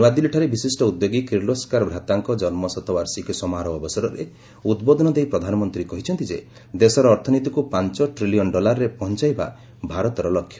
ନୂଆଦିଲ୍ଲୀଠାରେ ବିଶିଷ୍ଟ ଉଦ୍ୟୋଗୀ କିର୍ଲୋସ୍କାର ଭ୍ରାତାଙ୍କ ଜନ୍ମ ଶତବାର୍ଷିକ ସମାରୋହ ଅବସରରେ ଉଦ୍ବୋଧନ ଦେଇ ପ୍ରଧାନମନ୍ତ୍ରୀ କହିଛନ୍ତି ଯେ ଦେଶର ଅର୍ଥନୀତିକୁ ପାଞ୍ଚ ଟ୍ରିଲିୟନ୍ ଡଲାରରେ ପହଞ୍ଚାଇବା ଭାରତର ଲକ୍ଷ୍ୟ